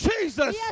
Jesus